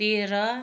तेह्र